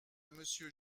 monsieur